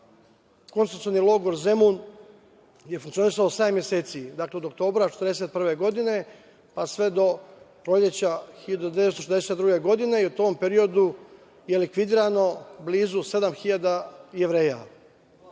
koncentracioni logor Zemun je funkcionisao sedam meseci, dakle, od oktobra 1941. godine, pa sve do proleća 1942. godine i u tom periodu je likvidirano blizu 7.000